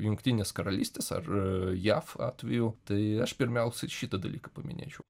jungtinės karalystės ar jav atveju tai aš pirmiausia šitą dalyką paminėčiau